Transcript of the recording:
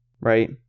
right